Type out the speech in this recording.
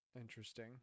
interesting